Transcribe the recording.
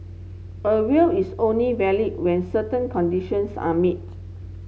a will is only valid when certain conditions are meet